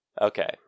Okay